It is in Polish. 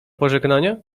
pożegnanie